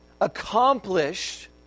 accomplished